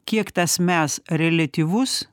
kiek tas mes reliatyvus